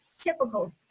typical